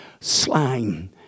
slime